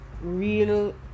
real